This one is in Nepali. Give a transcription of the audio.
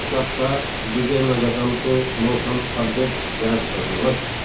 सप्त विजयनगरमको मौसम अपडेट जाँच गर्नुहोस्